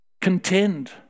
Contend